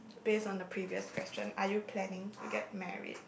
based on the previous question are you planning to get married